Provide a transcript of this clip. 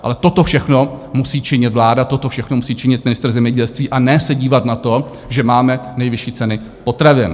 Ale toto všechno musí činit vláda, toto všechno musí činit ministr zemědělství, a ne se dívat na to, že máme nejvyšší ceny potravin.